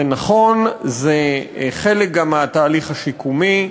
זה נכון, זה גם חלק מהתהליך השיקומי,